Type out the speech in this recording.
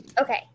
Okay